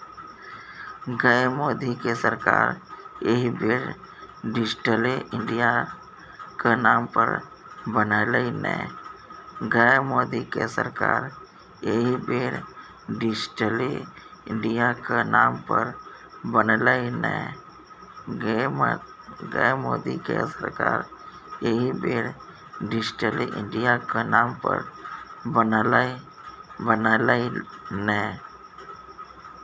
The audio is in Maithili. गै मोदीक सरकार एहि बेर डिजिटले इंडियाक नाम पर बनलै ने